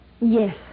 Yes